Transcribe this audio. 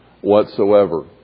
whatsoever